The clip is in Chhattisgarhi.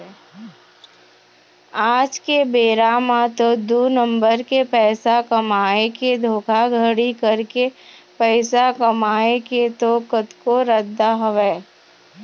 आज के बेरा म तो दू नंबर के पइसा कमाए के धोखाघड़ी करके पइसा कमाए के तो कतको रद्दा हवय